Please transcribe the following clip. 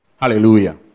Hallelujah